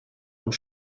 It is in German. und